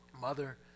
mother